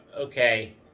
okay